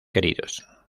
queridos